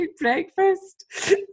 breakfast